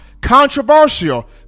Controversial